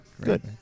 Good